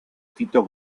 tito